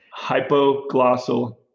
Hypoglossal